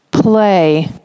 play